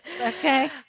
Okay